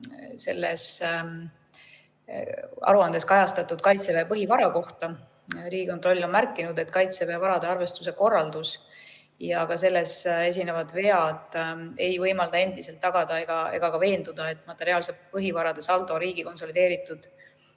märkuse aruandes kajastatud Kaitseväe põhivara kohta. Riigikontroll on märkinud, et Kaitseväe varade arvestuse korraldus ja ka selles esinevad vead ei võimalda endiselt tagada ega ka veenduda, et materiaalsete põhivarade saldo riigi konsolideeritud